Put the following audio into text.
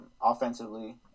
Offensively